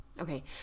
Okay